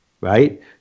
Right